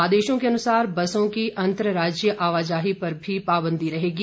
आदेशों के अनुसार बसों की अंतरराज्यीय आवाजाही पर भी पाबंदी रहेगी